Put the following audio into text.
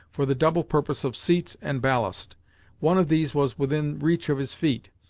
for the double purpose of seats and ballast one of these was within reach of his feet.